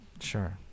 Sure